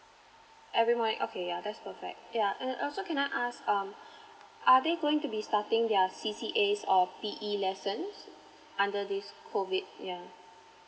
every morning yeah that's perfect yeah and also can I ask um are they going to be starting their c c a or p e lessons under this COVID yeah